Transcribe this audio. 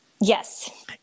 yes